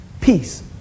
peace